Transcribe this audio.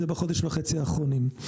זה בחודש וחצי האחרונים.